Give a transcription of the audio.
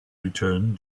return